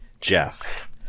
Jeff